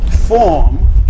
form